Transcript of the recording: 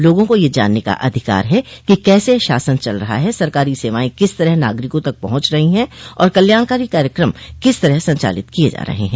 लोगों को यह जानने का अधिकार है कि कैसे शासन चल रहा है सरकारी सेवाएं किस तरह नागरिकों तक पहुंच रही हैं और कल्याणकारी कार्यकम किस तरह संचालित किये जा रहे हैं